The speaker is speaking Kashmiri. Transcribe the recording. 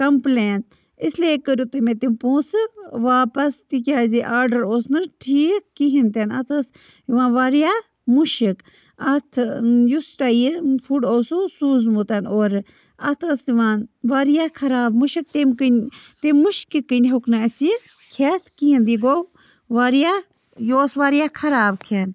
کَمپٕلین اِسلیے کٔرِو تُہۍ مےٚ تِم پونٛسہٕ واپَس تِکیٛازِ یہِ آرڈَر اوس نہٕ ٹھیٖک کِہیٖنۍ تہِ نہٕ اَتھ ٲس یِوان واریاہ مُشک اَتھ یُس تۄہہِ یہِ فُڈ اوسوُ سوٗزمُت اورٕ اَتھ ٲس یِوان واریاہ خراب مُشک تمہِ کِنۍ تٔمۍ مُشکہِ کِنۍ ہیوٚک نہٕ اَسہِ یہِ کھٮ۪تھ کِہیٖنۍ یہِ گوٚو واریاہ یہِ اوس واریاہ خراب کھٮ۪ن